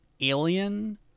alien